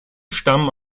stammen